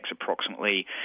approximately